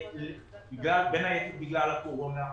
בין היתר בגלל הקורונה.